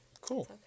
cool